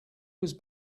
was